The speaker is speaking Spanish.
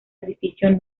edificio